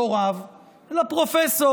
לא רב אלא פרופסור,